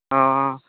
ہاں